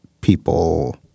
people